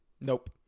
nope